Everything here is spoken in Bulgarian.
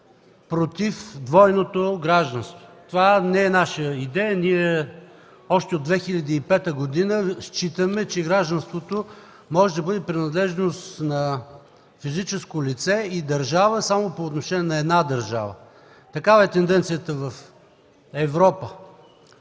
против двойното гражданство. Това не е наша идея. Ние още от 2005 г. считаме, че гражданството може да бъде принадлежност на физическо лице и държава само по отношение на една държава. Такава е тенденцията в Европа.